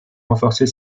renforcer